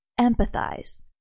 Empathize